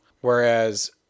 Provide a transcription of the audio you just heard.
whereas